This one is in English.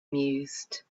mused